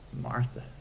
Martha